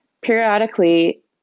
Periodically